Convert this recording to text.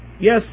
yes